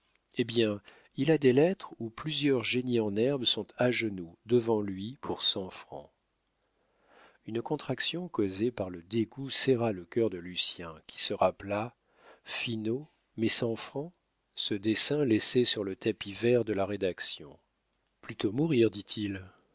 eh bien il a des lettres où plusieurs génies en herbe sont à genoux devant lui pour cent francs une contraction causée par le dégoût serra le cœur de lucien qui se rappela finot mes cent francs ce dessin laissé sur le tapis vert de la rédaction plutôt mourir dit-il